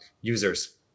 users